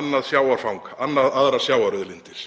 annað sjávarfang, aðrar sjávarauðlindir.